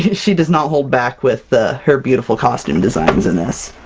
she does not hold back with, ah her beautiful costume designs in this!